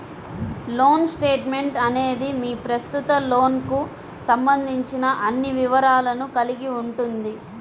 loan statement అనేది మీ ప్రస్తుత లోన్కు సంబంధించిన అన్ని వివరాలను కలిగి ఉంటుంది